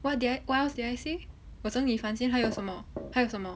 what did I what else did I say 我整理房间还有什么还有什么